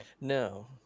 No